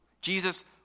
Jesus